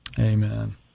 Amen